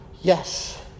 Yes